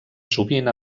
sovint